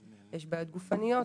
יש בעיות גופניות,